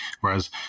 Whereas